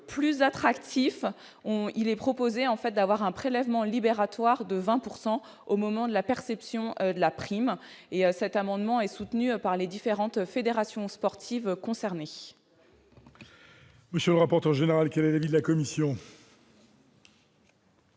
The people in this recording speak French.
plus attractifs, il est proposé d'instaurer un prélèvement libératoire de 20 % au moment de la perception de la prime. Cet amendement est soutenu par les différentes fédérations sportives concernées. Quel est l'avis de la commission ?